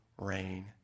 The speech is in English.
rain